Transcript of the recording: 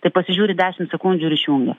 tai pasižiūri dešimt sekundžių ir išjungia